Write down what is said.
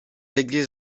églises